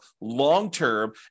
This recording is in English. long-term